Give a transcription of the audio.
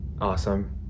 Awesome